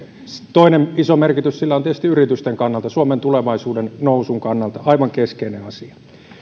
toinen iso merkitys sillä on tietysti yritysten kannalta suomen tulevaisuuden nousun kannalta aivan keskeinen asia